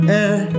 air